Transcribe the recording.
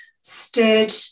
stood